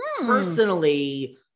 personally